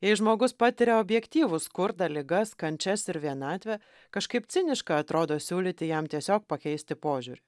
jei žmogus patiria objektyvų skurdą ligas kančias ir vienatvę kažkaip ciniška atrodo siūlyti jam tiesiog pakeisti požiūrį